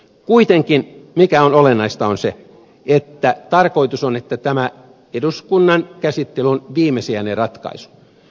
se mikä on kuitenkin olennaista on se että tarkoitus on että tämä eduskunnan käsittely on viimesijainen ratkaisu